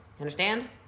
understand